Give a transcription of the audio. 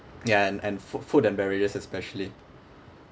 ya and and foo~ food and beverages especially